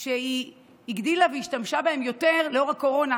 שהיא הגדילה והשתמשה בהם יותר בגלל הקורונה,